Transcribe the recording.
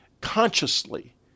consciously